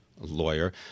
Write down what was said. lawyer